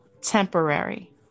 temporary